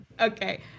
Okay